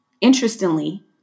Interestingly